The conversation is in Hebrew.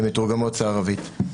הן מתורגמות לערבית.